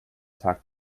tag